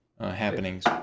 happenings